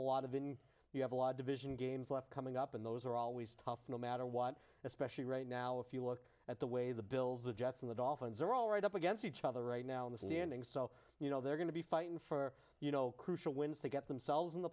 a lot of in you have a lot of division games left coming up and those are always tough no matter what especially right now if you look at the way the bills the jets and the dolphins are all right up against each other right now in the standings so you know they're going to be fighting for you know crucial wins to get themselves in the